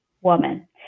woman